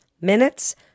minutes